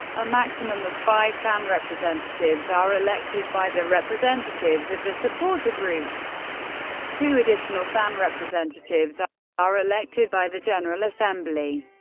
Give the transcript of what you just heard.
a maximum of five fan representatives are elected by the representatives of the supporter groups two additional fan representatives are are elected by the general assembly.